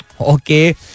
Okay